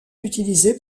utilisés